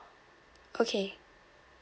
okay